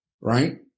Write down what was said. right